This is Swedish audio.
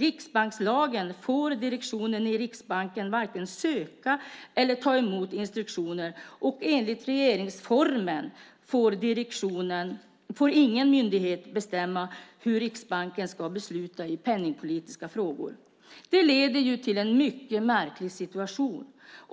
riksbankslagen får direktionen i Riksbanken varken söka eller ta emot instruktioner, och enligt regeringsformen får ingen myndighet bestämma hur Riksbanken ska besluta i penningpolitiska frågor. Det leder till en mycket märklig situation.